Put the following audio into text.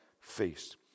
feast